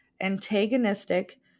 antagonistic